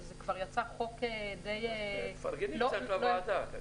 שזה כבר יצר חוק די --- תפרגני קצת לוועדה.